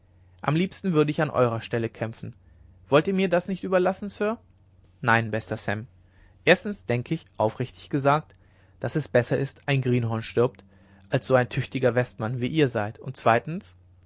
am liebsten würde ich an eurer stelle kämpfen wollt ihr mir das nicht überlassen sir nein bester sam erstens denke ich aufrichtig gesagt daß es besser ist ein greenhorn stirbt als so ein tüchtiger westmann wie ihr seid und zweitens